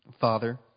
Father